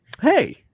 hey